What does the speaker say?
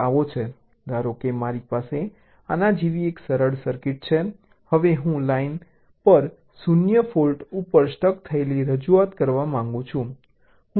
ધારો કે મારી પાસે આના જેવી એક સરળ સર્કિટ છે હવે હું લાઇન ઉપર 0 ફોલ્ટ ઉપર સ્ટક થયેલી રજૂઆત કરવા માંગુ છું હું શું કરું છું